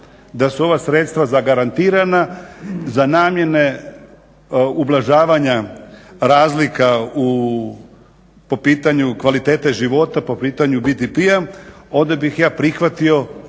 Da su ova sredstva zagarantirana za namjene ublažavanja razlika po pitanju kvalitete života, po pitanju BDP-a onda bih ja prihvatio